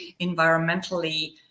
environmentally